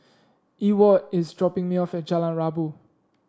Ewart is dropping me off at Jalan Rabu